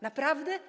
Naprawdę?